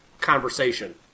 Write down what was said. conversation